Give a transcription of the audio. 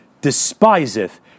despiseth